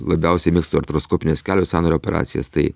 labiausiai mėgstu artroskopines kelio sąnario operacijas tai